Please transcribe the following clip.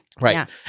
right